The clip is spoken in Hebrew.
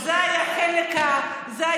זה היה החלק הטוב.